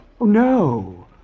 No